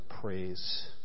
praise